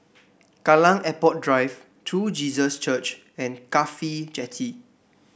Kallang Airport Drive True Jesus Church and CAFHI Jetty